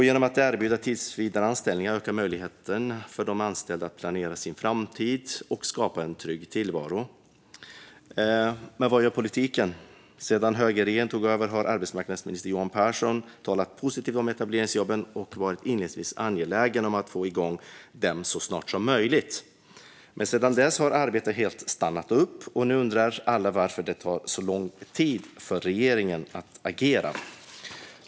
Genom att erbjudas tillsvidareanställningar ökar möjligheterna för de anställda att planera sin framtid och skapa en trygg tillvaro. Men vad gör politiken? Sedan högerregeringen tog över har arbetsmarknadsminister Johan Pehrson talat positivt om etableringsjobben och var inledningsvis angelägen om att få igång dem så snart som möjligt. Men sedan dess har arbetet helt stannat upp, och nu undrar alla varför det tar så lång tid för regeringen att agera.